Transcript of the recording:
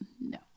No